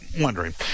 wondering